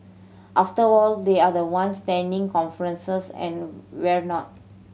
after all they are the ones tending conferences and whatnot